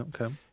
Okay